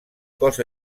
cos